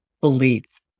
beliefs